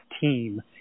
team